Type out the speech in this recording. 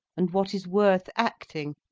and what is worth acting.